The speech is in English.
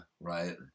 right